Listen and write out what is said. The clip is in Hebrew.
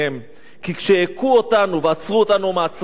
כי כשהכו אותנו ועצרו אותנו מעצרי שווא